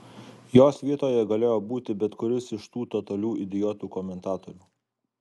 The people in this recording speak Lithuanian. jos vietoje galėjo būti bet kuris iš tų totalių idiotų komentatorių